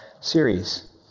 series